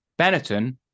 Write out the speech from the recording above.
Benetton